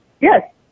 Yes